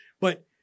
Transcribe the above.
but-